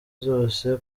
zose